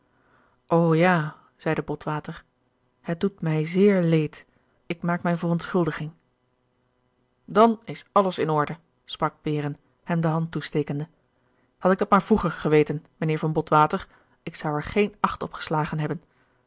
ja zeide botwater het doet mij zeer leed ik maak mijne verontschuldiging dan is alles in orde sprak behren hem de hand toestekende had ik dat maar vroeger geweten mijnheer von botwater ik zou er geen acht op geslagen hebben